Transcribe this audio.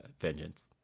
Vengeance